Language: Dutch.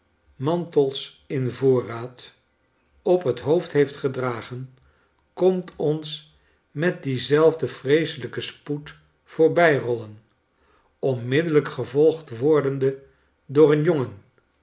mantels in voorraad op het hoofd heeft gedragen komt ons met denzelfden vreeselijken spoed voorbijrollen onmiddellijk gevolgd wordende door een jongen